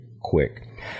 quick